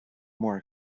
more